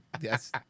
Yes